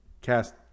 cast